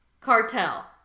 cartel